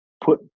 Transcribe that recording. put